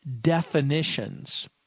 definitions